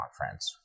conference